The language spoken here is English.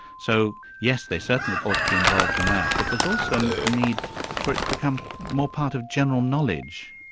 so yes, they certainly ought to be involved in that but there's also and a need for it to become more part of general knowledge.